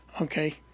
Okay